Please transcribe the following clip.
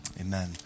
amen